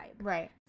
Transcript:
Right